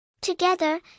Together